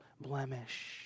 blemish